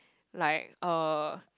like uh